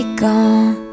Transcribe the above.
gone